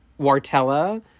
Wartella